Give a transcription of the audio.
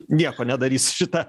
nieko nedarys šita